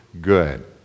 good